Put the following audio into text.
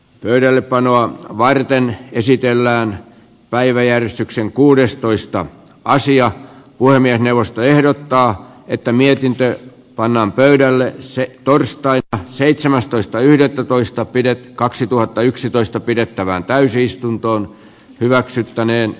pöydällepanoa varten esitellään päiväjärjestykseen kuudestoista asiaa puhemiesneuvosto ehdottaa että mietintö pannaan pöydälle torstai seitsemästoista yhdettätoista pidetty kaksituhattayksitoista pidettävään täysistuntoon hyväksyttäneen